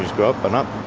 go up and up.